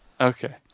okay